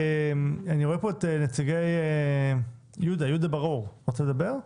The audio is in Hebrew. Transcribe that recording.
אני רואה פה את יהודה בר אור, אתה רוצה לדבר?